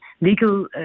legal